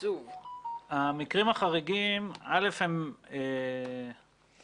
הבוצה במפעל הטיפול